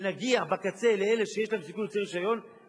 ונגיע בקצה לאלה שיש להם סיכוי להוציא רשיון,